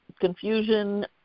confusion